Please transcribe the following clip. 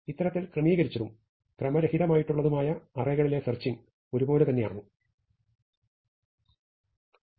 ഇത്തരത്തിൽ ക്രമീകരിച്ചതും ക്രമരഹിതമായിട്ടുള്ളതുമായ അറേകളിലെ സെർച്ചിങ് ഒരുപോലെ തന്നെയാണോ